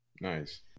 Nice